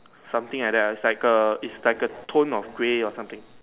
something like that it's like a it's like a tone of grey or something